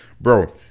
bro